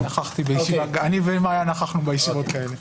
מאיה ואני נכחנו בישיבות האלה.